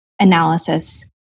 analysis